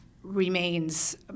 remains